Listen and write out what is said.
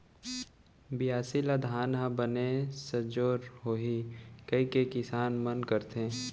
बियासी ल धान ह बने सजोर होही कइके किसान मन करथे